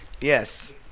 Yes